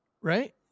right